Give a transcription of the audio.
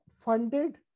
funded